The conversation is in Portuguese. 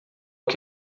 que